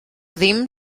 ddim